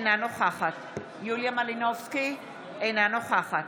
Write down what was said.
אינה נוכחת יוליה מלינובסקי, אינה נוכחת